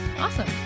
Awesome